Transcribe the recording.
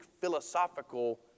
philosophical